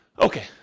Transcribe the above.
Okay